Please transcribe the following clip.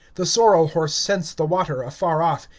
the sorrel horse scents the water afar off,